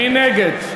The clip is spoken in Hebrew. מי נגד?